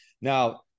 Now